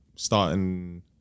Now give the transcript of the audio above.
Starting